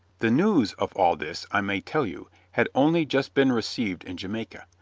the news of all this, i may tell you, had only just been received in jamaica,